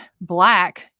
black